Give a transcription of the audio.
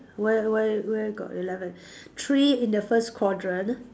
where where where got eleven three in the first quadrant